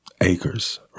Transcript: acres